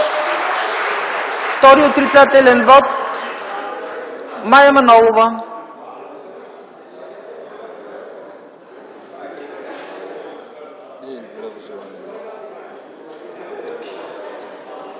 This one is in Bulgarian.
Втори отрицателен вот – Мая Манолова.